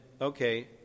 okay